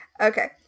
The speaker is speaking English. Okay